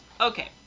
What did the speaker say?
Okay